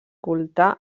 culte